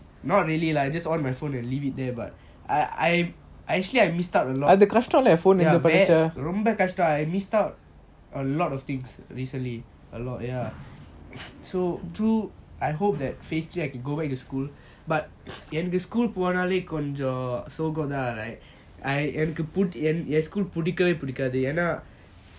not really lah just on my phone and leave it there but I I I actually I missed out a lot ya ரொம்ப கஷ்டம்:romba kastam I missed out a lot of things recently a lot ya so through I hope that phase three I can go back to school but என்னக்கு:ennaku school போனாலே கொஞ்சம் சோகம் தான் என்னக்கு ஏன்:ponaley konjam sogam thaan ennaku yean school பிடிக்கவேய பிடிக்காது என்ன:pidikavey pidikathu enna